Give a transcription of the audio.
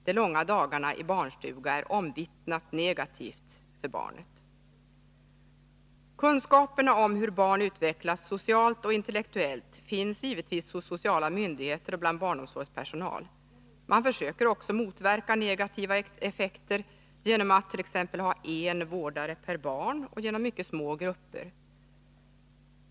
De långa dagarna i barnstuga är omvittnat negativa för barnet. Kunskaperna om hur barn utvecklas socialt och intellektuellt finns givetvis hos sociala myndigheter och bland barnomsorgspersonal. Man försöker också motverka negativa effekter genom attt.ex. ha en vårdare per barn och genom mycket små grupper.